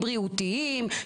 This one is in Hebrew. בריאותיים,